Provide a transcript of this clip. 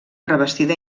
revestida